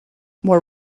more